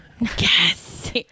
Yes